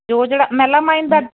ਉਹ ਜਿਹੜਾ ਮਹਿਲਾ ਮਾਈਨ ਦਾ